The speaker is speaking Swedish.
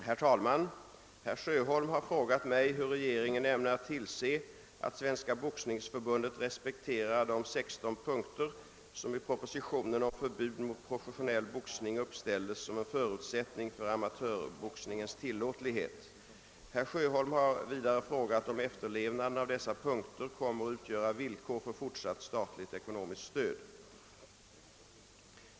Herr talman! Herr Sjöholm har frågat mig hur regeringen ämnar tillse att Svenska boxningsförbundet respekterar de 16 punkter som i propositionen om förbud mot professionell boxning uppställdes som en förutsättning för amatörboxningens tillåtlighet. Herr Sjöholm har vidare frågat om efterlevnaden av dessa punkter kommer att utgöra villkor för fortsatt statligt ekonomiskt stöd.